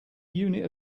unit